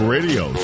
Radio